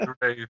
Great